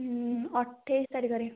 ହୁଁ ଅଠେଇଶ ତାରିଖରେ